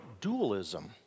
dualism